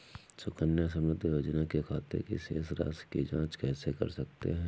सुकन्या समृद्धि योजना के खाते की शेष राशि की जाँच कैसे कर सकते हैं?